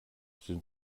sind